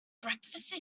breakfast